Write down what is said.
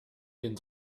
den